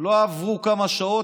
לא עברו כמה שעות,